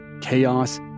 chaos